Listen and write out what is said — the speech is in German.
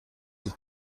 sich